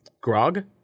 Grog